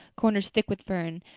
corners thick with fern,